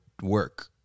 work